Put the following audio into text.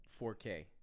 4k